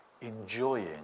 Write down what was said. enjoying